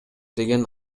деген